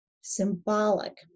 symbolic